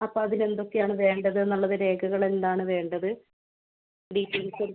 അപ്പോൾ അതിനെന്തൊക്കെയാണ് വേണ്ടതെന്നുള്ളത് രേഖകളെന്താണ് വേണ്ടത് ഡീറ്റൈൽസും